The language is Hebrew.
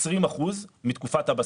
20 אחוזים מתקופת הבסיס.